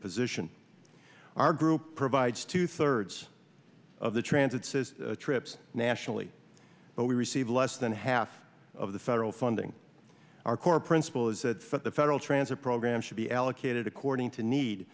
position our group provides two thirds of the transit says trips nationally but we receive less than half of the federal funding our core principle is that the federal transfer program should be allocated according to need